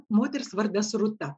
moters vardas rūta